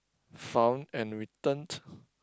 found and returned